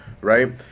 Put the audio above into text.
right